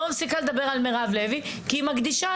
לא מפסיקה לדבר על מירב לוי כי היא מקדישה